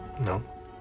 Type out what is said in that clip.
No